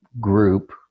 group